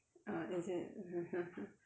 uh as in